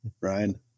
Ryan